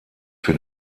für